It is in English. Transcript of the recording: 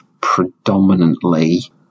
predominantly